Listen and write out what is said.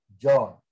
John